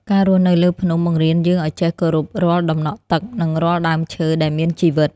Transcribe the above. ការរស់នៅលើភ្នំ បង្រៀនយើងឲ្យចេះគោរពរាល់ដំណក់ទឹក និងរាល់ដើមឈើដែលមានជីវិត។